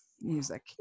music